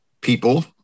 people